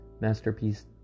Masterpiece